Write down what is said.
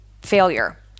failure